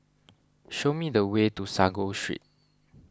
show me the way to Sago Street